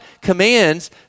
commands